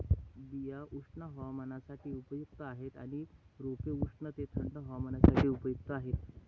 बिया उष्ण हवामानासाठी उपयुक्त आहेत आणि रोपे उष्ण ते थंडी हवामानासाठी उपयुक्त आहेत